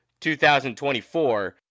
2024